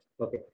Okay